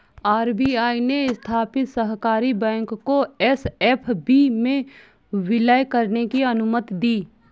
RBI ने स्थापित सहकारी बैंक को एस.एफ.बी में विलय करने की अनुमति दी